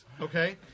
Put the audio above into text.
Okay